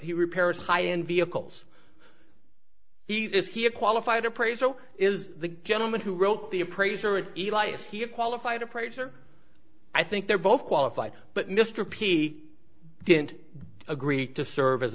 he repairs high end vehicles he is he a qualified appraisal is the gentleman who wrote the appraiser and eat ice he is qualified appraiser i think they're both qualified but mr p didn't agree to serve as